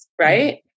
Right